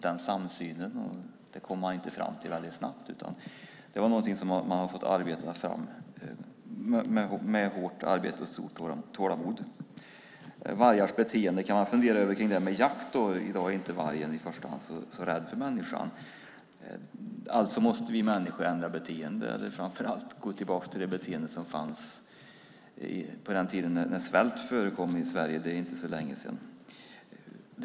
Man kom inte fram till den väldigt snabbt, utan det är någonting som man har tagit fram med hårt arbete och stort tålamod. Vargars beteende kan man fundera över när det gäller jakt. I dag är vargen inte så rädd för människan. Alltså måste vi människor ändra beteende, eller gå tillbaka till det beteende som fanns på den tiden när det förekom svält i Sverige - det är inte så länge sedan.